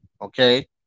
okay